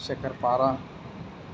شکر پارہ